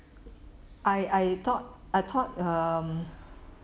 I I thought I thought um